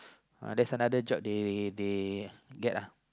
uh there's another job they they get ah